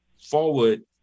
forward